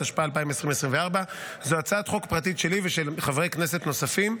התשפ"ה 2024. זאת הצעת חוק פרטית שלי ושל חברי כנסת נוספים,